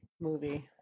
Movie